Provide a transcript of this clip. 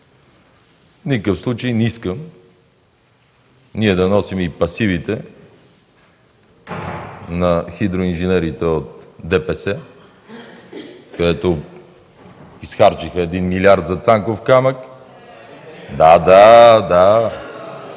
никакъв случай не искам ние да носим и пасивите на хидроинженерите от ДПС, където изхарчиха 1 милиард за „Цанков камък”...